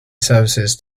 services